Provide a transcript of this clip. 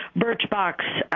birchbox,